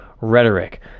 rhetoric